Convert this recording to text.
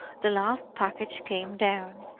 the last package came down,